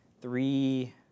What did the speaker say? three